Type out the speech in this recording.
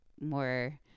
more